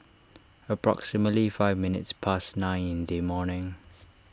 approximately five minutes past nine in the morning